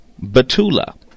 Batula